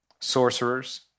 Sorcerers